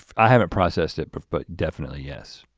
i haven't processed it, but but definitely yes.